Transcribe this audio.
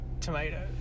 tomatoes